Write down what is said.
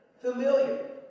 familiar